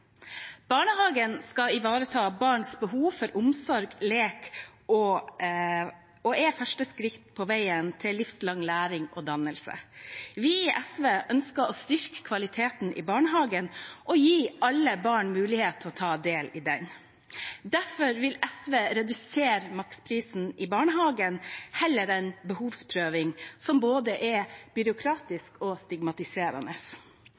livslang læring og dannelse. Vi i SV ønsker å styrke kvaliteten i barnehagen og gi alle barn mulighet til å ta del i den. Derfor vil SV redusere maksprisen i barnehagen, heller enn behovsprøving, som både er